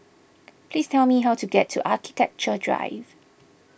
please tell me how to get to Architecture Drive